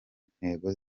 ntego